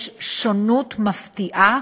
יש שונות מפתיעה